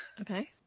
Okay